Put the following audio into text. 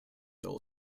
dull